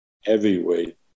heavyweight